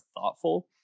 thoughtful